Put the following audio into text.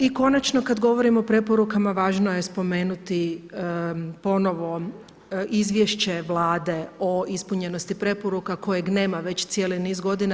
I konačno kada govorimo o preporukama važno je spomenuti ponovo izvješće Vlade o ispunjenosti preporuka kojeg nema već cijeli niz godina.